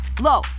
low